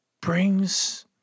brings